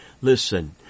Listen